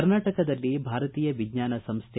ಕರ್ನಾಟಕದಲ್ಲಿ ಭಾರತೀಯ ವಿಜ್ಞಾನ ಸಂಸ್ಕೆ